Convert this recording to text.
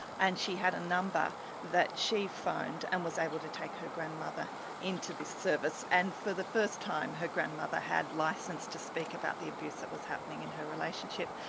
and she had a number that she phoned and was able to take her grandmother in to this service, and for the first time her grandmother had licence to speak about the abuse that was happening in her relationship.